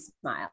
smile